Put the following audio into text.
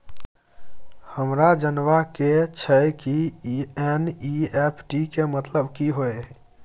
हमरा जनबा के छै की एन.ई.एफ.टी के मतलब की होए है?